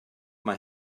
mae